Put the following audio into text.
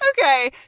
Okay